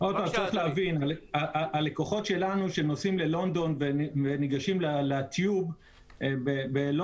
צריך להבין: הלקוחות שלנו שנוסעים ללונדון וניגשים לטיוב בלונדון,